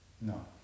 No